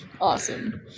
Awesome